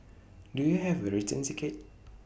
do you have A return ticket